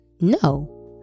No